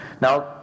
Now